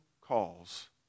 calls